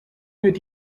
wird